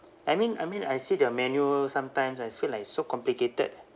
I mean I mean I see the menu sometimes I feel like it's so complicated